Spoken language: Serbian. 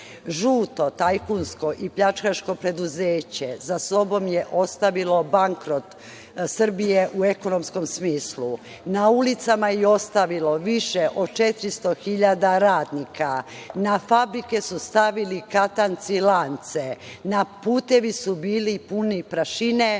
tajkunsko i pljačkaško preduzeće za sobom je ostavilo bankrot Srbije u ekonomskom smislu. Na ulicama je ostavilo više od 400 hiljada radnika, na fabrike su stavili katance i lance, putevi su bili puni prašine